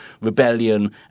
rebellion